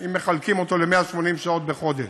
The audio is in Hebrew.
אם מחלקים אותם ל-180 שעות בחודש.